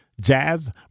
Jazz